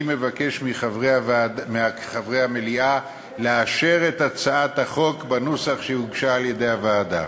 אני מבקש מחברי המליאה לאשר את הצעת החוק בנוסח שהוגש על-ידי הוועדה.